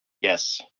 yes